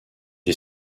est